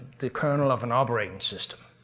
the kernel of an operating system,